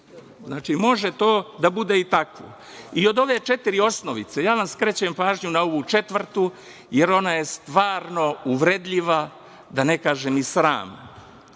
uredili, može to da bude i tako. I od ove četiri osnovice, ja vam skrećem pažnju na ovu četvrtu, jer ona je stvarno uvredljiva, da ne kažem i sramna. To